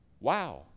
wow